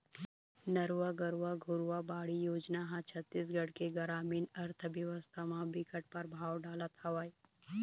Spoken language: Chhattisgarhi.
नरूवा, गरूवा, घुरूवा, बाड़ी योजना ह छत्तीसगढ़ के गरामीन अर्थबेवस्था म बिकट परभाव डालत हवय